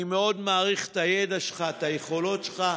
אני מאוד מעריך את הידע שלך, את היכולות שלך,